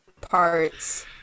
parts